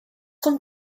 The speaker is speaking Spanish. con